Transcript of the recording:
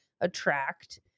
attract